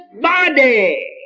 body